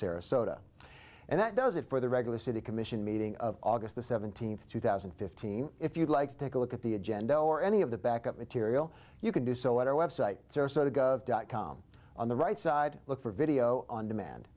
sarasota and that does it for the regular city commission meeting of august the seventeenth two thousand and fifteen if you'd like to take a look at the agenda or any of the backup material you can do so at our website or so to go of dot com on the right side look for video on demand